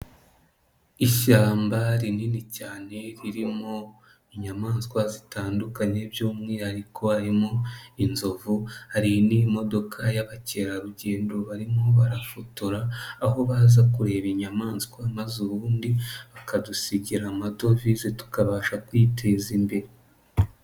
Ishyamba rinini cyane ririmo inyamaswa zitandukanye by'umwihariko harimo inzovu, hari n'imodoka y'abakerarugendo barimo barafotora, aho baza kureba inyamaswa maze ubundi bakadusigira amadovize tukabasha kwiteza imbere.